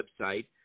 website